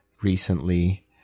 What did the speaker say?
recently